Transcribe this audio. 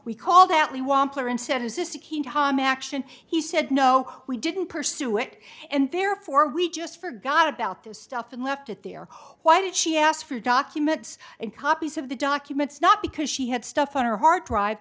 action he said no we didn't pursue it and therefore we just forgot about this stuff and left it there why did she ask for documents and copies of the documents not because she had stuff on her hard drive